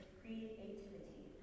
creativity